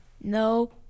No